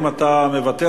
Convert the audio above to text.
אם אתה מוותר,